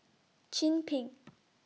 Chin Peng